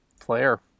player